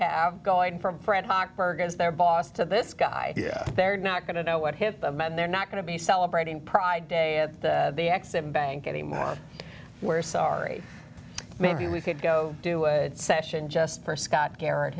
have going from fred hochberg as their boss to this guy they're not going to know what hit them and they're not going to be celebrating pride day at they accept bank anymore we're sorry maybe we should go do it session just for scott garrett